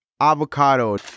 Avocado